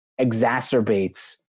exacerbates